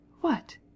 What